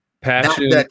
passion